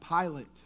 Pilate